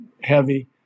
heavy